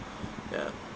ya